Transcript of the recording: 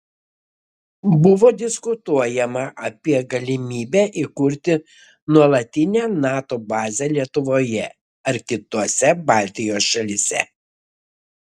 buvo diskutuojama apie galimybę įkurti nuolatinę nato bazę lietuvoje ar kitose baltijos šalyse